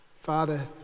father